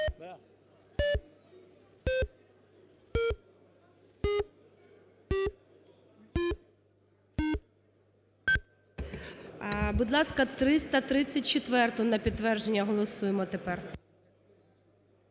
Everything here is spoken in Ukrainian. Будь ласка, 334-у на підтвердження голосуємо тепер.